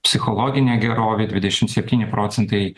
psichologinė gerovė dvidešimt septyni procentai